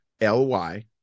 L-Y